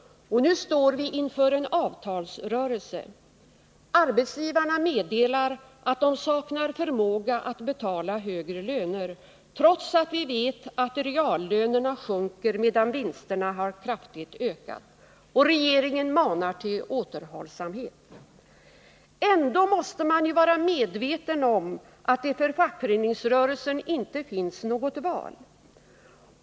Och nu står vi inför en avtalsrörelse. Arbetsgivarna meddelar att de saknar förmåga att betala högre löner, trots att vi vet att reallönerna sjunker medan vinsterna har ökat kraftigt. Och regeringen manar till återhållsamhet. Ändå måste de vara medvetna om att det för fackföreningsrörelsen inte finns något val.